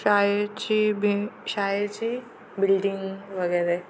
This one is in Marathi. शाळेची बि शाळेची बिल्डिंग वगैरे